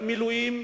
במילואים,